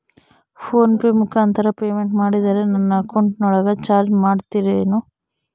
Phone pay ಮುಖಾಂತರ payment ಮಾಡಿದರೆ ನನ್ನ ಅಕೌಂಟಿನೊಳಗ ಚಾರ್ಜ್ ಮಾಡ್ತಿರೇನು?